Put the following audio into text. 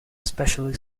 especially